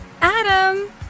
Adam